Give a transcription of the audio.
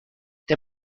der